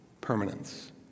permanence